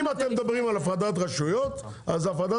אם אתם מדברים על הפרדת רשויות אז אני